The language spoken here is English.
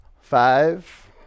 Five